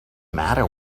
matter